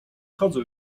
chodzą